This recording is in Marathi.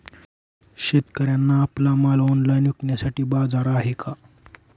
शेतकऱ्यांना आपला माल ऑनलाइन विकण्यासाठी बाजार आहे का?